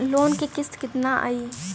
Loan क किस्त कितना आई?